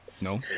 No